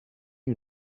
you